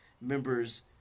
members